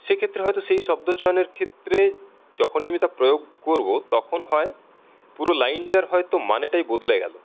সেক্ষেত্রে হয়ত সেই শব্দ চয়নের ক্ষেত্রে যখনই আমি তা প্রয়োগ করব তখন হয় পুরো লাইনটার হয়ত মানেটাই বদলে গেল